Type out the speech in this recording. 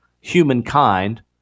humankind